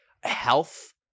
health